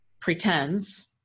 pretends